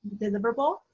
deliverable